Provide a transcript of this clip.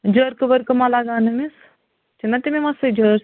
جٔرکہٕ ؤرکہٕ ما لگان أمِس چھِ نا تِم یوان سُہ